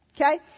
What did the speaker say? Okay